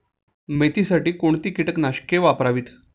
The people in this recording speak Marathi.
मेथीसाठी कोणती कीटकनाशके वापरावी?